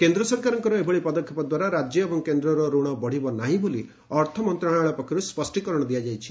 କେନ୍ଦ୍ର ସରକାରଙ୍କ ଏଭଳି ପଦକ୍ଷେପ ଦ୍ୱାରା ରାଜ୍ୟ ଏବଂ କେନ୍ଦ୍ରର ଋଣ ବଢ଼ିବ ନାହିଁ ବୋଲି ଅର୍ଥ ମନ୍ତ୍ରଣାଳୟ ପକ୍ଷରୁ ସ୍ୱଷ୍ଟୀକରଣ ଦିଆଯାଇଛି